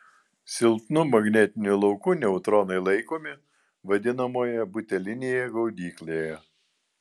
silpnu magnetiniu lauku neutronai laikomi vadinamojoje butelinėje gaudyklėje